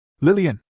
Lillian